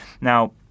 Now